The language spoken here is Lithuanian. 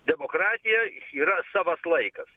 demokratija yra savas laikas